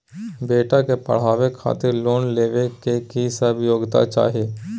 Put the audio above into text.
बेटा के पढाबै खातिर लोन लेबै के की सब योग्यता चाही?